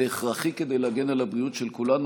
זה הכרחי כדי להגן על הבריאות של כולנו.